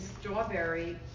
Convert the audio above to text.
strawberry